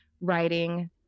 writing